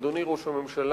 אדוני ראש הממשלה,